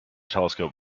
telescope